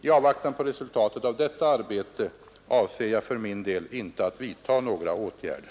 I avvaktan på resultatet av detta arbete avser jag för min del inte att vidta några åtgärder.